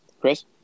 Chris